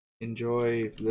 Enjoy